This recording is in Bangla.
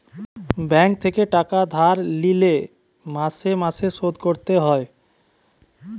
ব্যাঙ্ক থেকে টাকা ধার লিলে মাসে মাসে শোধ করতে হয়